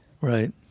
Right